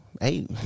hey